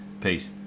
peace